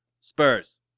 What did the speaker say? Spurs